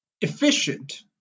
efficient